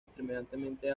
extremadamente